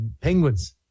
penguins